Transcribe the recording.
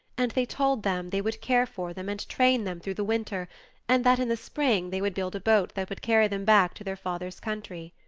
and they told them they would care for them and train them through the winter and that in the spring they would build a boat that would carry them back to their father's country.